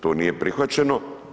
To nije prihvaćeno.